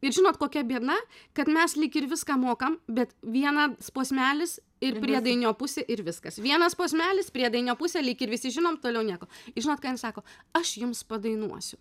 ir žinot kokia bėda kad mes lyg ir viską mokam bet vienas posmelis ir priedainio pusė ir viskas vienas posmelis priedainio pusė lyg ir visi žinom toliau nieko žinot ką jin sako aš jums padainuosiu